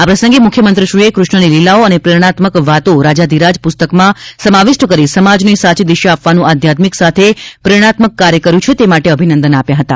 આ પ્રસંગે મુખ્યમંત્રીશ્રીએ કૃષ્ણની લીલાઓ અને પ્રેરણાત્મક વાતો રાજાધીરાજ પુસ્તકમાં સમાવિષ્ટ કરી સમાજને સાચી દિશા આપવાનું આધ્યાત્મિક સાથે પ્રેરણાત્મક કાર્ય કર્યું છે તે માટે અભિનંદન આપ્યા હતા